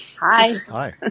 Hi